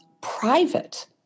private